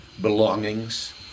belongings